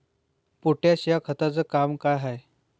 Potash या खताचं काम का हाय?